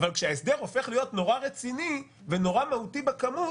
אבל כשההסדר הופך להיות נורא רציני ונורא מהותי בכמות,